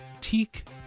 teak